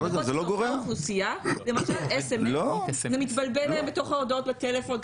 אתה שולחי להן SMS - זה מתבלבל להם בתוך ההודעות בטלפון,